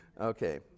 okay